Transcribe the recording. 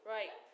Right